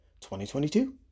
2022